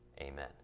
Amen